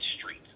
Street